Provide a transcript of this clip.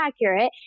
accurate